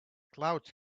clouds